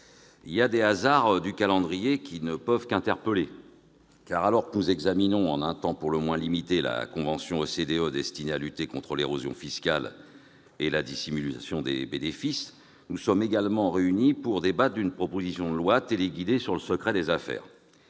il y a des hasards du calendrier qui ne peuvent qu'interpeller : alors que nous examinons, en un temps pour le moins limité, la convention de l'OCDE destinée à lutter contre l'érosion fiscale et la dissimulation des bénéfices, nous sommes également réunis pour débattre d'une proposition de loi téléguidée sur le secret des affaires.